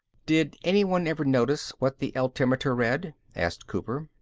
did anyone ever notice what the altimeter read? asked cooper.